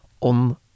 on